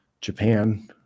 Japan